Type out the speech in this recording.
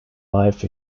life